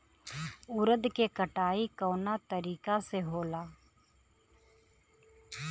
उरद के कटाई कवना तरीका से होला?